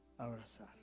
abrazar